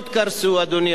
אדוני היושב-ראש,